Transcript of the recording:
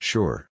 Sure